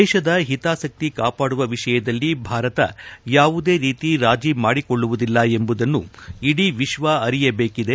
ದೇಶದ ಹಿತಾಸಕ್ತಿ ಕಾಪಾಡುವ ವಿಷಯದಲ್ಲಿ ಭಾರತ ಯಾವುದೇ ರೀತಿ ರಾಜಿ ಮಾಡಿಕೊಳ್ಳುವುದಿಲ್ಲ ಎಂಬುದನ್ನು ಇಡೀ ವಿಶ್ವ ಅರಿಯಬೇಕಿದೆ